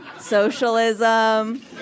socialism